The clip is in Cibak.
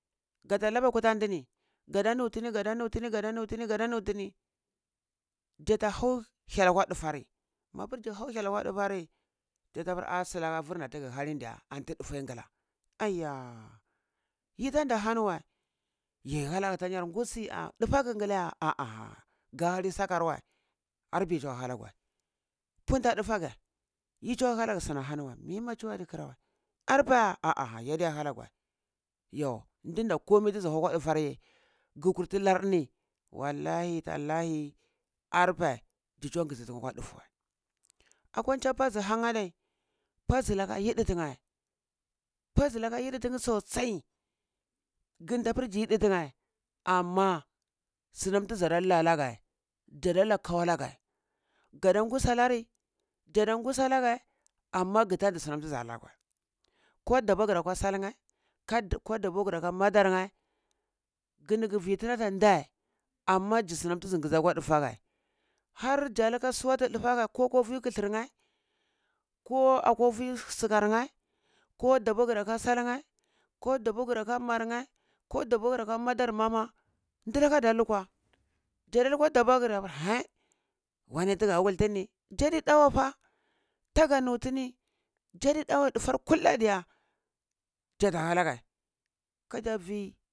Gata lababa kutah ndini ga da nutini ga da nutini gada nutini gada nutini tzata hau hyel akwa dufari mapar tza hau hyel akwa dufari farda taga hanai varnda taga hanai anti dafaweh tare ngala yi ta nda ahani we yi hanageh atar nyar gusi ashe dufaga ngala ga yanei sakar weh arpeh yi tuwa hanaga weh punta dufage yi tsuwe hanage suni ahaviweh mimeh tsuwe di khara weh arpeh yi tsuwe hanagawe ndar deh komar tsizi hau akwa dufar ye ga kwurdar nar ini wallahi tallahi arpeh zi tsuwe ngazi taneh akwa dufar weh akwa pasi hang adeh pasi laka yidi tanye pazi laka yidi tinya sossai ngla da apir zi yidi tunye ama su nam ta za da la'a are nage za da la kwai anageh zada ngusi anari zada gusi anaghe ama gatadi sanam tazata hanageh weh ko dabwa geh aka salneh ko dabwa ga aka madan neh gani ga veh tini atah ndeh amma zi sunam tzizi gazi akwa dafa geh har za loaka suwati dafageh ko akwa veh kathar neh ko akwa veh sukar neh ko dabwar gari aka salneh ko dabwar giri aka mar neh ko dabwar gari aka madar ma mah ndalaka ada lokwa zada lokwa dabwar gar apiri wani tagada wul tini ni dzadi da weh fa taga nuh tini dafar kulda diya tzada hana geh kata ve.